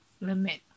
limit